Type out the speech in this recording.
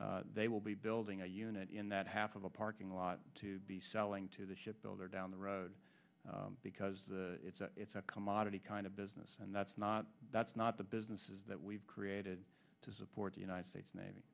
lot they will be building a unit in that half of the parking lot to be selling to the ship builder down the road because it's a it's a commodity kind of business and that's not that's not the businesses that we've created to support the united states navy